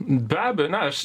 be abejo na aš